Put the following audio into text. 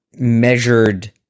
measured